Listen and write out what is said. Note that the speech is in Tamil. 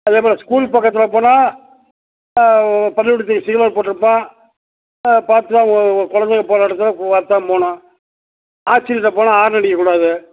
அதே போல் ஸ்கூல் பக்கத்தில் போனால் ஆ பள்ளிக்கூடத்துக்கு சிக்னல் போட்டிருப்பான் அதைப் பார்த்து தான் ஒ ஒரு கொழந்தைங்க போகிற இடத்துல பார்த்து தான் போகணும் ஆஸ்பித்திரிகிட்டப் போனால் ஹார்னு அடிக்கக்கூடாது